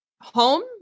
home